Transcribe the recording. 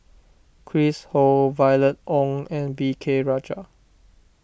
Chris Ho Violet Oon and V K Rajah